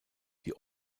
die